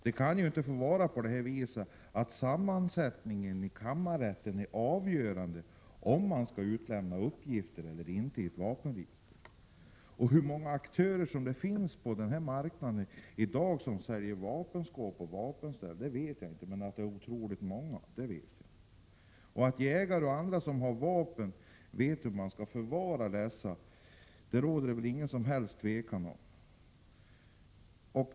Det kan ju inte få vara på det viset att sammansättningen i kammarrätten är avgörande för huruvida uppgifter ur ett vapenregister skall lämnas ut. Jag känner inte till hur många aktörer det finns på den här marknaden som säljer vapenskåp och vapenställ, men jag vet att det är otroligt många. Det råder väl ingen som helst tvekan om att jägare och andra som har vapen vet hur dessa skall förvaras.